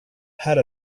out